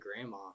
grandma